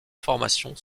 formation